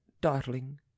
darling